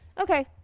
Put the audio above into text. Okay